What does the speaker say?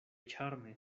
ĉarme